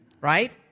Right